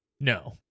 No